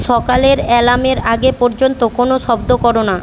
সকালের অ্যালার্মের আগে পর্যন্ত কোনও শব্দ করো না